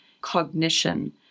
cognition